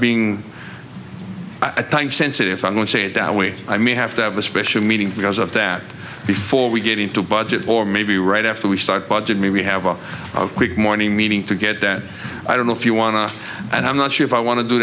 being a time sensitive i'm going to say it that way i may have to have a special meeting because of that before we get into budget or maybe right after we start budget maybe have a quick morning meeting to get that i don't know if you want to and i'm not sure if i want to do